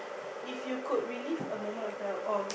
if you could relive a moment of your oh